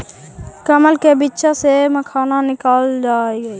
कमल के बीच्चा से मखाना निकालल जा हई